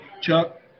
Chuck